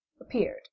appeared